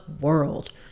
world